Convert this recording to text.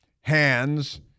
hands